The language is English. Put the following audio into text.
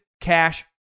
cash